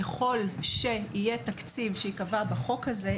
ככל שיהיה תקציב שיקבע בחוק הזה,